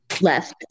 left